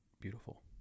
beautiful